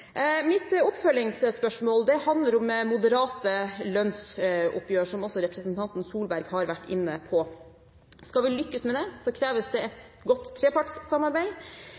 Mitt oppfølgingsspørsmål handler om moderate lønnsoppgjør, som også representanten Solberg har vært inne på. Skal vi lykkes med det, kreves det et godt trepartssamarbeid.